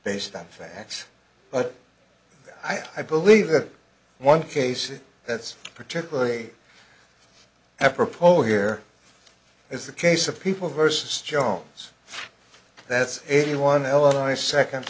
based on facts but i believe that one case that's particularly apropos here is the case of people versus jones that's eighty one l i second